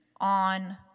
on